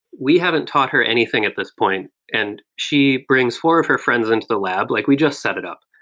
we haven't taught her anything at this point and she brings four of her friends into the lab, like we just set it up.